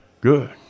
Good